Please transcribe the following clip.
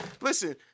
Listen